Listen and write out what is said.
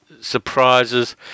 surprises